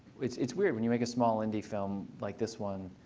it's it's weird. when you make a small indie film like this one,